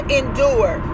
endure